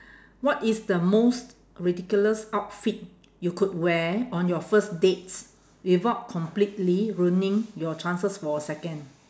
what is the most ridiculous outfit you could wear on your first dates without completely ruining your chances for a second